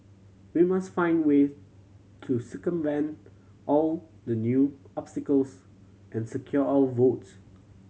we must find a way to circumvent all the new obstacles and secure our votes